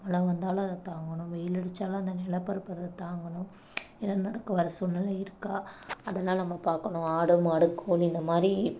மழை வந்தாலும் அதை தாங்கணும் வெயில் அடிச்சாலும் அந்த நிலப்பரப்பு அதை தாங்கணும் நிலநடுக்கம் வர சூழ்நிலை இருக்கா அதெல்லாம் நாம் பார்க்கணும் ஆடு மாடு கோழி இந்தமாதிரி